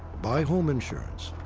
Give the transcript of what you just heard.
buy home insurance.